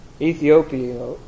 Ethiopia